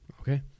Okay